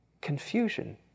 confusion